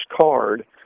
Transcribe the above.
card